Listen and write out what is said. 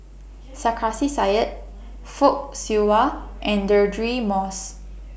Sarkasi Said Fock Siew Wah and Deirdre Moss